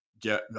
get